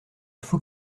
faut